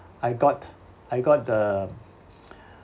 I got I got the